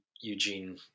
Eugene